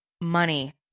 money